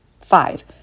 Five